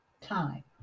time